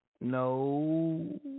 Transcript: No